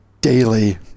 daily